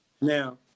Now